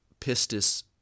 pistis